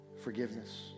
forgiveness